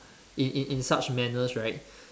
in in in such manners right